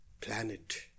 planet